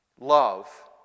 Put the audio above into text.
love